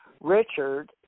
Richard